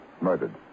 Murdered